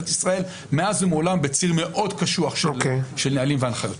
ישראל מאז ומעולם בציר מאוד קשוח של נהלים והנחיות.